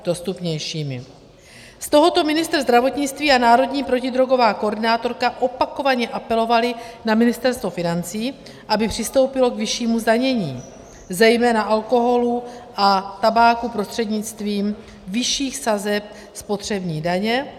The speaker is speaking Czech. Z tohoto ministr zdravotnictví a národní protidrogová koordinátorka opakovaně apelovali na Ministerstvo financí, aby přistoupilo k vyššímu zdanění zejména alkoholu a tabáku prostřednictvím vyšších sazeb spotřební daně.